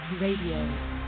Radio